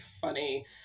funny